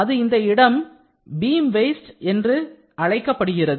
அது இந்த இடம் beam waist என்று அழைக்கப்படுகிறது